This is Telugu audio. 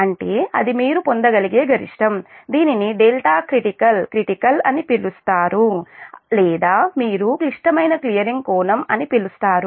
అంటే అది మీరు పొందగలిగే గరిష్టం దీనిని δcritical క్రిటికల్ అని పిలుస్తారు లేదా మీరు క్లిష్టమైన క్లియరింగ్ కోణం అని పిలుస్తారు